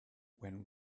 when